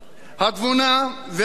התבונה והכוח